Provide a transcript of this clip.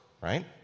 right